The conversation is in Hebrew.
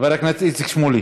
חבר הכנסת איציק שמולי,